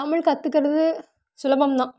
தமிழ் கத்துக்கிறது சுலபம் தான்